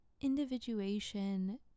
Individuation